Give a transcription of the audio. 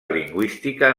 lingüística